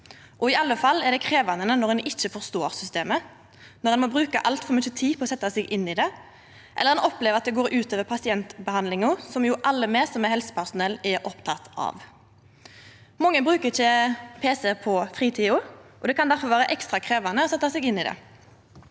I alle fall er det krevjande når ein ikkje forstår systemet, når ein må bruka altfor mykje tid på å setja seg inn i det, eller ein opplever at det går ut over pasientbehandlinga, som jo alle me som er helsepersonell, er opptekne av. Mange brukar ikkje pc i fritida, og det kan difor vera ekstra krevjande å setja seg inn i det.